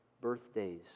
birthdays